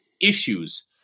issues